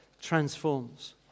transforms